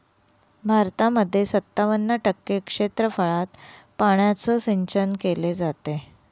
भारतामध्ये सत्तावन्न टक्के क्षेत्रफळात पाण्याचं सिंचन केले जात